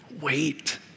Wait